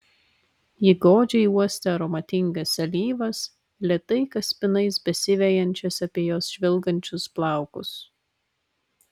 ji godžiai uostė aromatingas alyvas lėtai kaspinais besivejančias apie jos žvilgančius plaukus